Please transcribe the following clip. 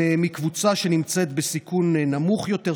הם מקבוצה שנמצאת בסיכון נמוך יותר,